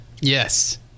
yes